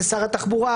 זה שר התחבורה,